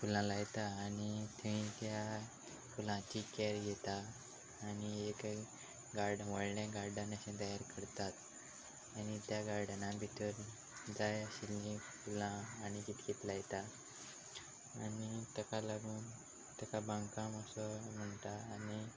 फुलां लायता आनी थंय त्या फुलांची कॅर घेता आनी एक गाड व्हडलें गार्डन अशें तयार करतात आनी त्या गार्डनान भितर जाय आशिल्लीं फुलां आणी कितकित लायता आनी ताका लागून तेका बाग काम असो म्हणटा आनी